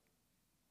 הזאת,